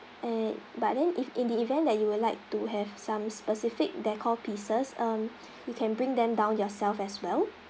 uh but then if in the event that you would like to have some specific decor pieces um you can bring them down yourself as well